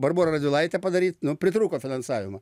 barborą radvilaitę padaryt nu pritrūko finansavimo